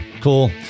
cool